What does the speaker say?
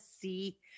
see